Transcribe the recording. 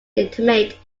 intimate